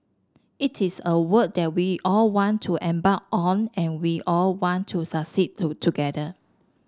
it is a work that we all want to embark on and we all want to succeed to together